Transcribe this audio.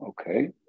Okay